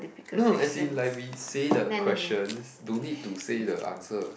no as in like we say the questions don't need to say the answer